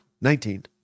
Nineteen